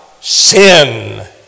Sin